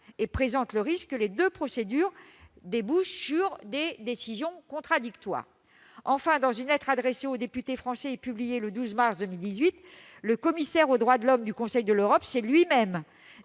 et présente le risque que les deux procédures débouchent sur des décisions contradictoires. Enfin, dans une lettre adressée aux députés français et publiée le 12 mars 2018, le commissaire aux droits de l'homme du Conseil de l'Europe s'est lui-même